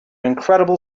incredible